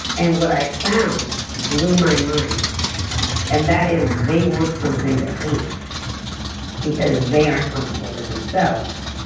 and what i found, blew my mind and that is they want something to hate because they aren't comfortable with themselves.